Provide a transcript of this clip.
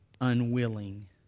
unwilling